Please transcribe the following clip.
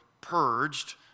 purged